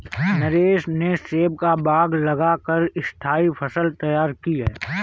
नरेश ने सेब का बाग लगा कर स्थाई फसल तैयार की है